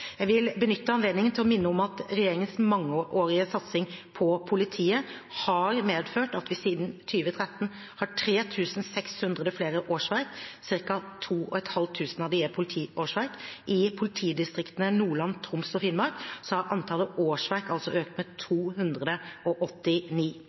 Jeg vil benytte anledningen til å minne om at regjeringens mangeårige satsing på politiet har medført at vi siden 2013 har 3 600 flere årsverk. Cirka 2 500 av dem er politiårsverk. I politidistriktene Nordland, Troms og Finnmark har antallet årsverk økt med 289. Bevilgningen til politiet er økt med